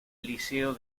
liceo